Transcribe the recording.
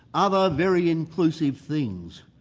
other very inclusive things.